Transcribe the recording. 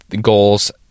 goals